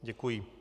Děkuji.